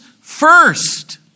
first